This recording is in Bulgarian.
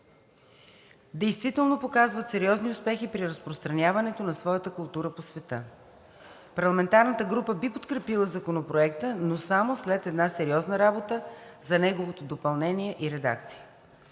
действително показват сериозни успехи при разпространяването на своята култура по света. Парламентарната група би подкрепила Законопроекта, но само след една сериозна работа за неговото допълнение и редакция.